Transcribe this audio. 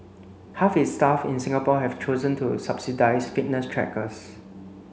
half its staff in Singapore have chosen to subsidised fitness trackers